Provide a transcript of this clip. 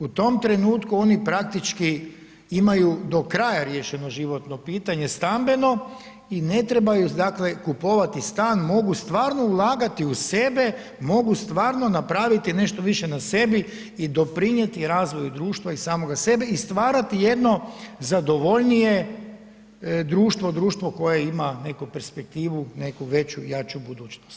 U tom trenutku oni praktički imaju do kraja riješeno životno pitanje stambeno i ne trebaju dakle kupovati stvar, mogu stvarno ulagati u sebe, mogu stvarno napraviti nešto više na sebi i doprinijeti razvoju društva i samoga sebe i stvarati jedno zadovoljnije društvo, društvo koje ima neku perspektivu, neku veću i jaču budućnost.